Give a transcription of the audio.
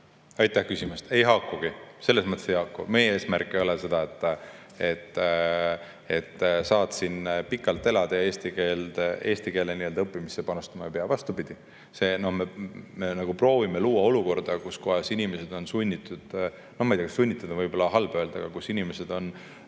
Aitäh küsimast! Ei haakugi, selles mõttes ei haaku. Meie eesmärk ei ole see, et saad siin pikalt elada, aga eesti keele õppimisse panustama ei pea. Vastupidi, me proovime luua olukorda, kus inimesed on sunnitud ... Ma ei tea, "sunnitud" on võib-olla halb öelda, aga inimesed on